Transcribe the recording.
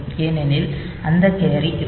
ஏனெனில் அந்த கேரி இருக்கும்